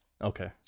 Okay